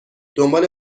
دنبال